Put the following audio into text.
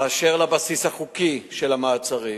2. באשר לבסיס החוקי של המעצרים,